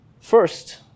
First